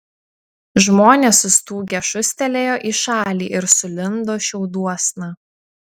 žmonės sustūgę šūstelėjo į šalį ir sulindo šiauduosna